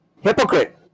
Hypocrite